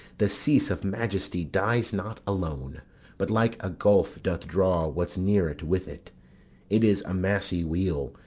the cease of majesty dies not alone but like a gulf doth draw what's near it with it it is a massy wheel,